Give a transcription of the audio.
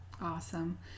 Awesome